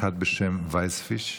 אחד בשם וייספיש,